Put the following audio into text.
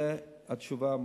זו התשובה.